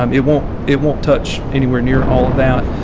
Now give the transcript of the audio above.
um it won't, it won't touch anywhere near all of that.